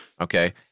okay